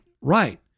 right